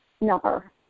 number